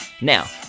Now